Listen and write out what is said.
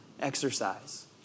exercise